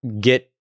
get